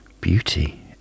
beauty